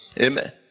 Amen